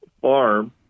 farm